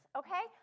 okay